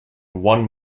one